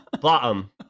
bottom